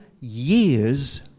years